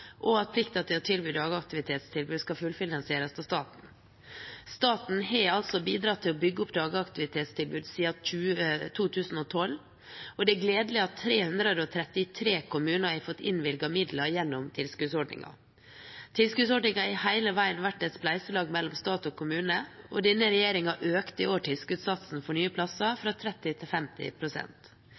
og at plikten til å tilby dagaktivitetstilbud skal fullfinansieres av staten. Staten har bidratt til å bygge opp dagaktivitetstilbud siden 2012, og det er gledelig at 333 kommuner har fått innvilget midler gjennom tilskuddsordningen. Tilskuddsordningen har hele veien vært et spleiselag mellom stat og kommune, og denne regjeringen økte i år tilskuddssatsen for nye plasser fra 30 pst. til